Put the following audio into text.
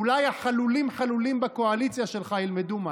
אולי החלולים-חלולים בקואליציה שלך ילמדו משהו.